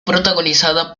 protagonizada